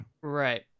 Right